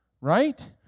Right